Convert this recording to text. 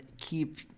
keep